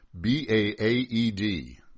B-A-A-E-D